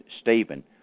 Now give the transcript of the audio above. Stephen